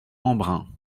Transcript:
embrun